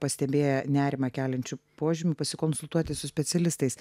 pastebėję nerimą keliančių požymių pasikonsultuoti su specialistais